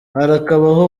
harakabaho